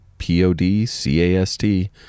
P-O-D-C-A-S-T